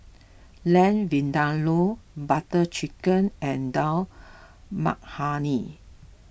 Lamb Vindaloo Butter Chicken and Dal Makhani